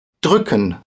Drücken